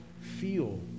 feel